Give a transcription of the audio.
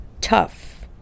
tough